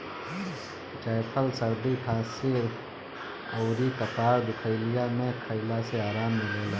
जायफल सरदी खासी अउरी कपार दुखइला में खइला से आराम मिलेला